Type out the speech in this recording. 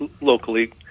locally